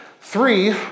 Three